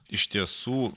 iš tiesų